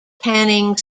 canning